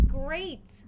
great